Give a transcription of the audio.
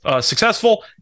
successful